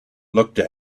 looked